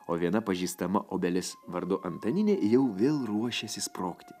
o viena pažįstama obelis vardu antaninė jau vėl ruošėsi sprogti